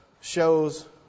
shows